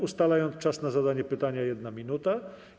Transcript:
Ustalam czas na zadanie pytania - 1 minuta.